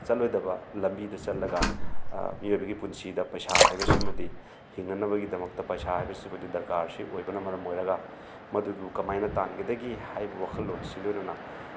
ꯆꯠꯂꯣꯏꯗꯕ ꯂꯝꯕꯤꯗ ꯆꯠꯂꯒ ꯃꯤꯑꯣꯏꯕꯒꯤ ꯄꯨꯟꯁꯤꯗ ꯄꯩꯁꯥ ꯍꯥꯏꯕꯁꯤꯃꯗꯤ ꯍꯤꯡꯅꯅꯕꯒꯤꯗꯃꯛꯇ ꯄꯩꯁꯥ ꯍꯥꯏꯕꯁꯤꯃꯗꯤ ꯗꯔꯀꯥꯔꯁꯤ ꯑꯣꯏꯕꯅ ꯃꯔꯝ ꯑꯣꯏꯔꯒ ꯃꯗꯨꯕꯨ ꯀꯃꯥꯏꯅ ꯇꯥꯟꯒꯗꯒꯦ ꯍꯥꯏꯕ ꯋꯥꯈꯜꯂꯣꯟꯁꯤꯒ ꯂꯣꯏꯅꯅ